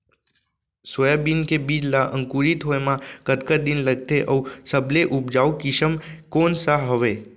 Soybean के बीज ला अंकुरित होय म कतका दिन लगथे, अऊ सबले उपजाऊ किसम कोन सा हवये?